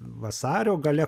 vasario gale